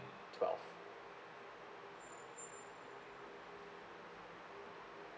twelve